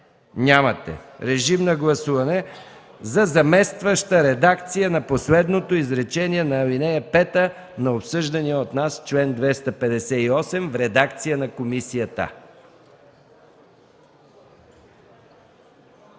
Нямате. Режим на гласуване за заместваща редакция на последното изречение на ал. 5 на обсъждания от нас чл. 258 в редакция на комисията.